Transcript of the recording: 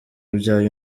abyaye